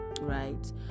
right